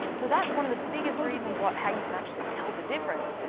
so that's one of the biggest reasons why how you can actually tell the difference.